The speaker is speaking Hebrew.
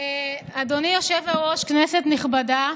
אדוני היושב-ראש, כנסת נכבדה,